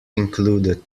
included